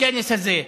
בכנס הזה,